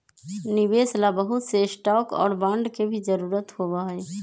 निवेश ला बहुत से स्टाक और बांड के भी जरूरत होबा हई